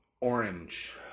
Orange